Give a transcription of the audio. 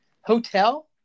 Hotel